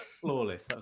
Flawless